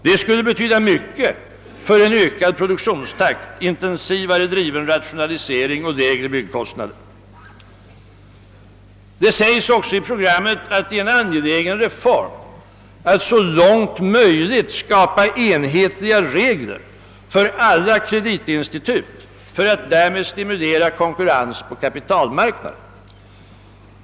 Det skulle betyda mycket för en ökad produktionstakt, intensivare driven rationalisering och lägre byggkostnader. Det sägs också i programmet att det är en angelägen reform att så långt möjligt skapa enhetliga regler för alla kreditinstitut för att därmed stimulera konkurrens på kapitalmarknaden.